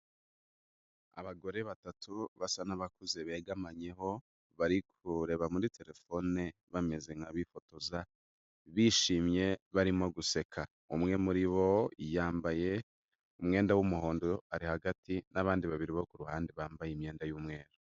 Abagore batatu basa nabakuze begamanyeho, bari kureba muri telefone bameze nk'abifotoza bishimye, barimo guseka, umwe muri bo yambaye umwenda w'umuhondo, ari hagati n'abandi babiri bo ku ruhande bambaye imyenda y'umweru.